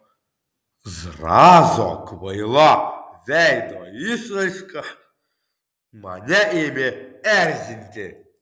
zrazo kvaila veido išraiška mane ėmė erzinti